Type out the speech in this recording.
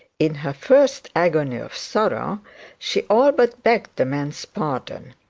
in her first agony of sorrow she all but begged the man's pardon.